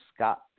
Scott